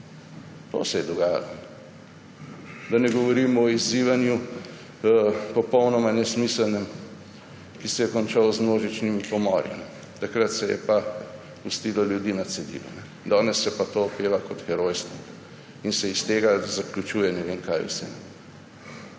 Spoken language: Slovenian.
To se je dogajalo. Da ne govorim o izzivanju, popolnoma nesmiselnem, ki se je končalo z množičnimi pomori. Takrat se je pustilo ljudi na cedilu, danes se pa to opeva kot herojstvo in se iz tega zaključuje ne vem kaj vse.